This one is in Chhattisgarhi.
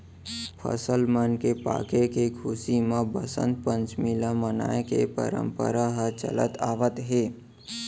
फसल मन के पाके के खुसी म बसंत पंचमी ल मनाए के परंपरा ह चलत आवत हे